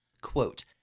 Quote